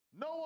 No